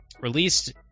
released